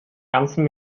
ganzen